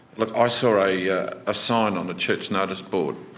look, i saw ah yeah a sign on a church notice board